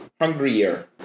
hungrier